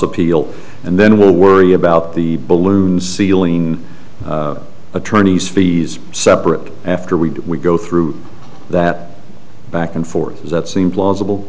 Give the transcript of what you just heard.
appeal and then we'll worry about the balloon ceiling attorney's fees separate after we do we go through that back and forth does that seem plausible